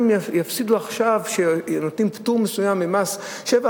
יפסידו עכשיו כשנותנים פטור מסוים ממס שבח,